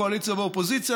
קואליציה ואופוזיציה,